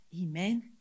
Amen